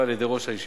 תודה.